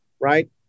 right